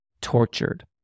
tortured